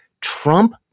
Trump